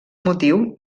motiu